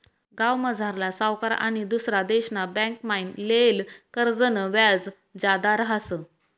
गावमझारला सावकार आनी दुसरा देशना बँकमाईन लेयेल कर्जनं व्याज जादा रहास